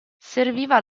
serviva